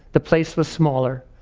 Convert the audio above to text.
the place was smaller.